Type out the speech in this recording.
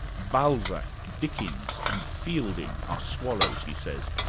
balzac, dickens, and fielding are swallows', he says,